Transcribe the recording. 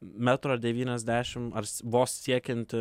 metro devyniasdešim ar vos siekiant